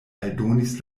aldonis